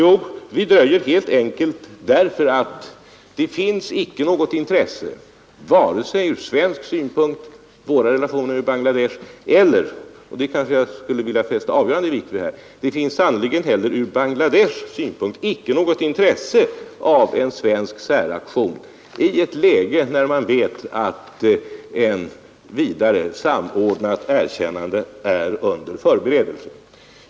Jo, vi dröjer helt enkelt därför att det icke, vare sig ur svensk synpunkt eller — och det skulle jag vilja fästa avgörande vikt vid — ur Bangladeshs synpunkt finns något intresse av en svensk säraktion i ett läge när man vet att ett samordnat erkännande är under förberedelse.